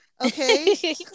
Okay